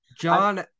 John